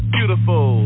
Beautiful